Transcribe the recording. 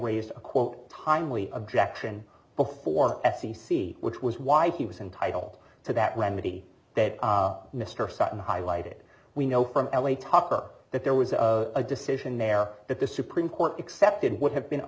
raised a quote timely objection before the f c c which was why he was entitled to that remedy that mr sutton highlighted we know from l a tucker that there was a decision there that the supreme court accepted would have been a